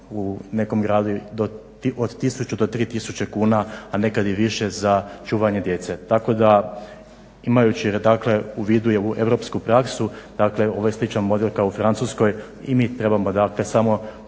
u nekom gradu od tisuću do 3 tisuće kuna, a nekad i više za čuvanje djece, tako da imajući dakle u vidu i ovu europsku praksu dakle ovo je sličan model kao u Francuskoj, i mi trebamo dakle